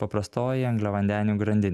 paprastoji angliavandenių grandinė